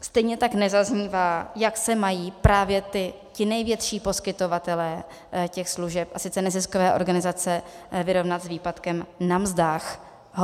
Stejně tak nezaznívá, jak se mají právě ti největší poskytovatelé těch služeb, a sice neziskové organizace, vyrovnat s výpadkem na mzdách.